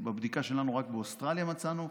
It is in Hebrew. בבדיקה שלנו, רק באוסטרליה מצאנו,